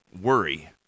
worry